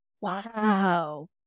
Wow